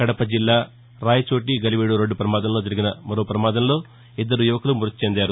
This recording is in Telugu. కడప జిల్లా రాయచోటి గతివీడు రోడ్టు మార్గంలో జరిగిన మరో ప్రమాదంలో ఇద్దరు యువకులు మ్పతి చెందారు